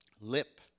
lip